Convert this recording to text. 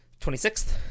26th